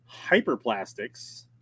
hyperplastics